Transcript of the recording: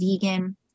vegan